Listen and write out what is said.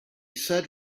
said